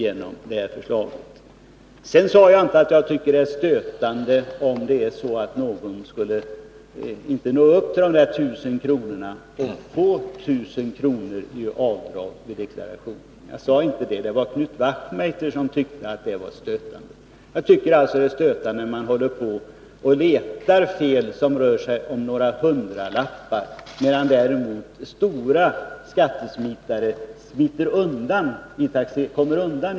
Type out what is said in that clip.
Jag tycker inte att det är stötande om någon inte skulle nå upp till de 1000 kronorna. Det var Knut Wachtmeister som tyckte det. Enligt min mening är det i stället stötande att man skall behöva hålla på och leta efter fel när det bara rör sig om några hundralappar samtidigt som de stora skattesmitarna kommer undan.